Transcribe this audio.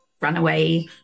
runaway